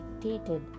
dictated